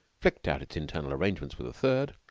flicked out its internal arrangements with a third,